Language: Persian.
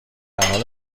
حال